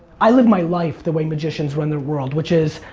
i live my life the way magicians run their world, which is,